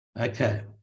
Okay